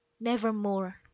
Nevermore